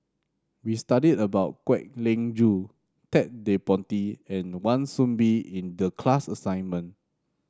we studied about Kwek Leng Joo Ted De Ponti and Wan Soon Bee in the class assignment